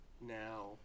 now